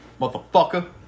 motherfucker